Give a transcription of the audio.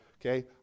Okay